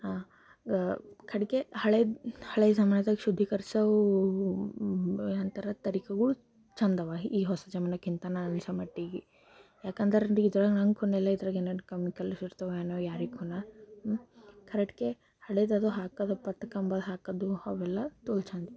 ಹಾಂ ಕಡೆಗೆ ಹಳೆಯ ಹಳೆಯ ಜಮಾನದಾಗ ಶುದ್ಧೀಕರಿಸವೂ ಏನಂತಾರೆ ತರಿಕೆಗಳು ಚೆಂದವೆ ಈ ಈ ಹೊಸ ಜಮಾನಕ್ಕಿಂತ ನಾನು ಅನ್ನಿಸೋ ಮಟ್ಟಿಗೆ ಏಕೆಂದ್ರೆ ಅದ್ಕೊಂದಿಲ್ಲ ಇದ್ರಾಗ ಏನೇನು ಕೆಮಿಕಲ್ ಇರ್ತವೇನು ಯಾರಿಗೂನ ಕರೆಟ್ಗೆ ಹಳೇದದು ಹಾಕೋದು ಪತ್ ಕಂಬ ಹಾಕೋದು ಅವೆಲ್ಲ ತೋಲ್ ಚೆಂದಿತ್ತು